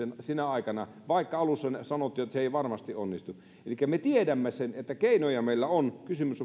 sinä aikana vaikka alussa sanottiin että se ei varmasti onnistu elikkä me tiedämme sen että keinoja meillä on kysymys